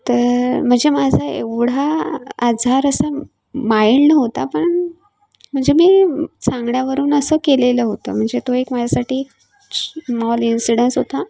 तर म्हणजे माझा एवढा आजार असा माईल्ड होता पण म्हणजे मी सांगण्यावरून असं केलेलं होतं म्हणजे तो एक माझ्यासाठी श स्मॉल इन्सिडन्स होता